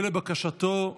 לבקשתו,